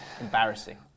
Embarrassing